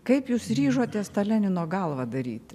kaip jūs ryžotės tą lenino galvą daryti